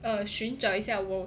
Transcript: err 寻找一下我